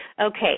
Okay